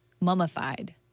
mummified